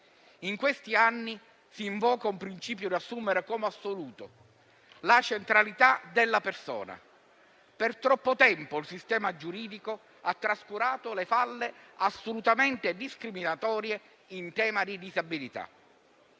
In questi anni, si invoca un principio da assumere come assoluto: la centralità della persona. Per troppo tempo il sistema giuridico ha trascurato le falle assolutamente discriminatorie in tema di disabilità.